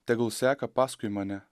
tegul seka paskui mane